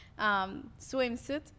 swimsuit